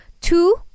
two